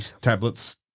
tablets